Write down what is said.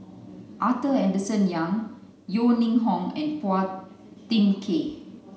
Arthur Henderson Young Yeo Ning Hong and Phua Thin Kiay